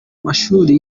mashuri